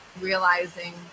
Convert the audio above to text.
realizing